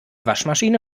waschmaschine